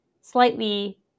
slightly